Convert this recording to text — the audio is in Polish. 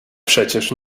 przecież